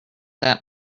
that